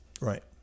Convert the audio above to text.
Right